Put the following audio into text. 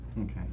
Okay